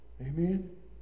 Amen